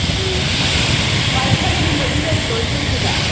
ꯎꯝ ꯄꯥꯏꯊꯟꯒꯨꯝꯕꯗꯤ ꯂꯩꯇ꯭ꯔꯣ ꯏꯆꯦ ꯁꯤꯗ